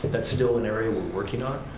that's still an area we're working on,